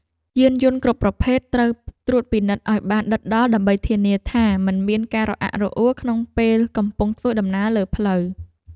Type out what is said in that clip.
យានយន្តគ្រប់ប្រភេទត្រូវត្រួតពិនិត្យឱ្យបានដិតដល់ដើម្បីធានាថាមិនមានការរអាក់រអួលក្នុងពេលកំពុងធ្វើដំណើរលើផ្លូវ។